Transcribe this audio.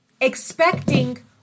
expecting